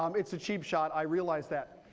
um it's a cheap shot. i realize that.